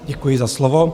Děkuji za slovo.